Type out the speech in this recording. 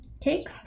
cake